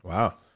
Wow